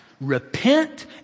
Repent